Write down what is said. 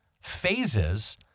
phases